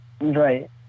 Right